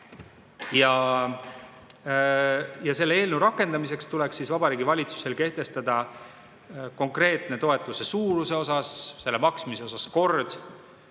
Selle eelnõu rakendamiseks tuleb Vabariigi Valitsusel kehtestada konkreetse toetuse suuruse ja selle maksmise kord.